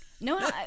No